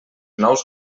nous